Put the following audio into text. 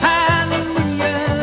Hallelujah